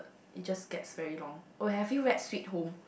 it's just get very long oh have you read sweet home